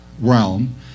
realm